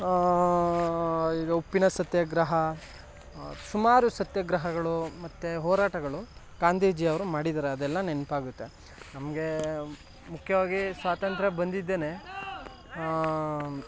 ಈಗ ಉಪ್ಪಿನ ಸತ್ಯಾಗ್ರಹ ಸುಮಾರು ಸತ್ಯಾಗ್ರಹಗಳು ಮತ್ತು ಹೋರಾಟಗಳು ಗಾಂಧೀಜಿಯವರು ಮಾಡಿದ್ದಾರೆ ಅದೆಲ್ಲ ನೆನಪಾಗುತ್ತೆ ನಮಗೆ ಮುಖ್ಯವಾಗಿ ಸ್ವಾತಂತ್ರ್ಯ ಬಂದಿದ್ದೇನೆ